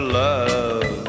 love